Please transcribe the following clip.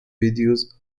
videos